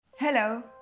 Hello